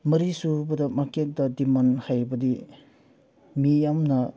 ꯃꯔꯤꯁꯨꯕꯗ ꯃꯥꯔꯀꯦꯠꯇ ꯗꯤꯃꯥꯟ ꯍꯥꯏꯕꯗꯤ ꯃꯤ ꯌꯥꯝꯅ